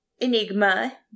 enigma